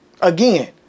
Again